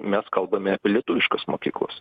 mes kalbame apie lietuviškas mokyklas